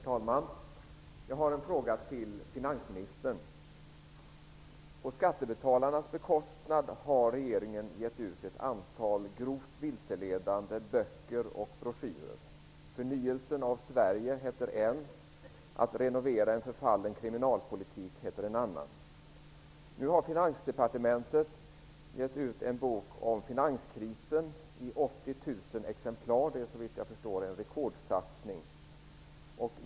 Herr talman! Jag har en fråga till finansministern. På skattebetalarnas bekostnad har regeringen gett ut ett antal grovt vilseledande böcker och broschyrer. En heter Förnyelsen av Sverige. En annan heter Att renovera en förfallen kriminalpolitik. Nu har Finansdepartementet gett ut en bok om finanskrisen i 80 000 exemplar. Det är såvitt jag förstår en rekordsatsning.